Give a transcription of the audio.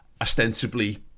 ostensibly